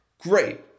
Great